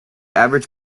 average